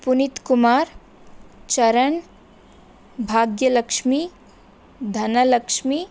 Puneeth Kumar Charan Bhagyalakshmi Dhanalakshmi